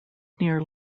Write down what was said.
near